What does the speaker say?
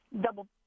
double